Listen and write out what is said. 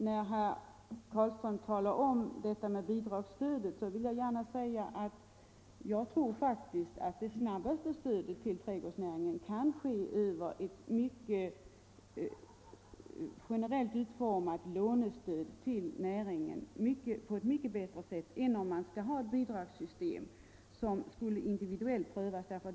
När herr Carlström talar om bidragsstödet vill jag gärna säga att jag faktiskt tror att stöd till näringen snabbast kan ges i form av ett mycket generellt utformat lånestöd. Jag tror att det är mycket bättre än bidragssystem med individuell prövning.